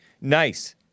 Nice